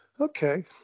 okay